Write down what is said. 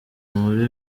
muri